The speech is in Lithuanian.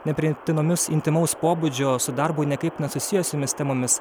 nepriimtinomis intymaus pobūdžio su darbu nekaip nesusijusiomis temomis